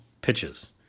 pitches